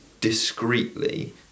discreetly